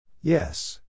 Yes